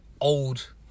old